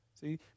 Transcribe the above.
See